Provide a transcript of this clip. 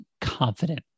confident